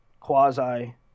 quasi